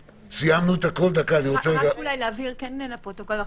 מצאנו לנכון שצריך לתת איזושהי משמעות או התייחסות או